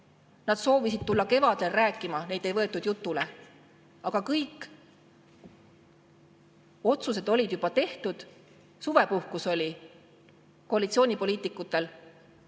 Nad soovisid tulla kevadel rääkima, neid ei võetud jutule. Nüüd on kõik otsused juba tehtud, suvepuhkus on koalitsioonipoliitikutel ära